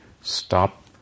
stop